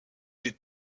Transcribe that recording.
des